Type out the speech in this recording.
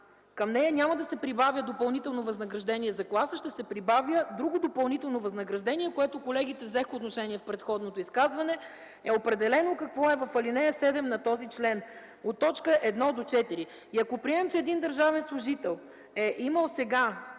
към нея няма да се прибавя допълнително възнаграждение за клас, а ще се прибавя друго допълнително възнаграждение – колегите взеха отношение в предходното изказване, което е определено какво е в ал. 7 на този член от т. 1 до т. 4. Ако приемем, че един държавен служител сега